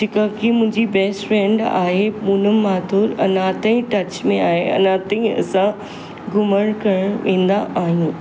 जेका की मुंहिंजी बेस्ट फ्रेंड आहे पूनम माथुर अञा ताईं टच में आहे अञा ताईं असां घुमणु करणु वेंदा आहियूं